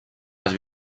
les